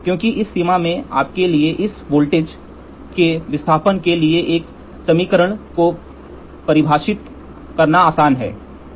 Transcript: क्योंकि इस सीमा में आपके लिए इस वोल्टेज के विस्थापन के लिए एक समीकरण को परिभाषित करना आसान है